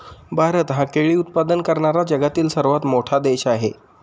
भारत हा केळी उत्पादन करणारा जगातील सर्वात मोठा देश आहे